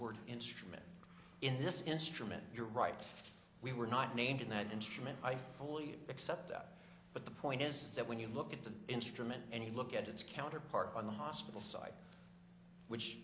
word instrument in this instrument you're right we were not named in that instrument i fully accept that but the point is that when you look at the instrument and you look at its counterpart on the hospital side which